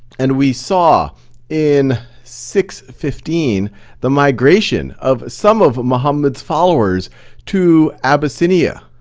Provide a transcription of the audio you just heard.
and we saw in six fifteen the migration of some of muhammed's followers to abyssinia,